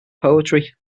poetry